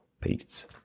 Peace